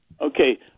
Okay